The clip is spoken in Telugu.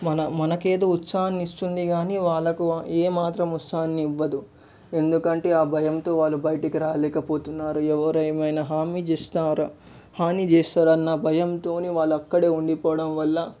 మన మనకేదో ఉత్సహాన్ని ఇస్తుంది కాని వాళ్ళకు ఏమాత్రం ఉత్సహానివ్వదు ఎందుకంటే ఆ భయంతో వాళ్ళు బయటకి రాలేకపోతున్నారు ఎవరు ఏమైనా హాని చేస్తారా హాని చేస్తారన్న భయంతో వాళ్ళక్కడే ఉండిపోవడం వల్ల